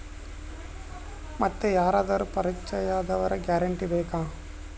ಮತ್ತೆ ಯಾರಾದರೂ ಪರಿಚಯದವರ ಗ್ಯಾರಂಟಿ ಬೇಕಾ?